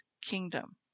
kingdom